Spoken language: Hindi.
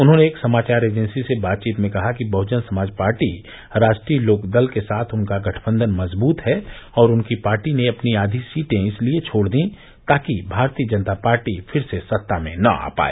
उन्होंने एक समाचार एजेंसी से बातचीत में कहा कि बहजन समाज पार्टी राष्ट्रीय लोक दल के साथ उनका गठबंधन मजबूत है और उनकी पार्टी ने अपनी आधी सीटें इसीलिए छोड़ दी हैं कि भारतीय जनता पार्टी फिर सत्ता में न आ पाए